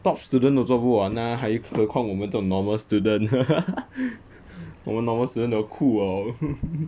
top student 都做不完 lah 还何况我们这种 normal student 我们 normal student 都哭 lor